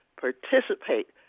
participate